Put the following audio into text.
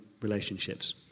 relationships